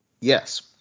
Yes